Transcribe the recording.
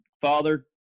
father